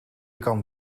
kan